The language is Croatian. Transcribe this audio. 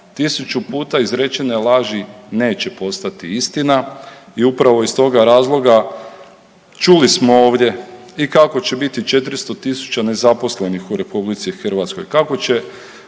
1000 puta izrečene laži neće postati istina. I upravo iz toga razloga čuli smo ovdje i kako će biti 400.000 nezaposlenih u RH, kako